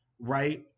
right